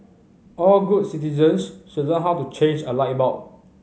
all good citizens should learn how to change a light bulb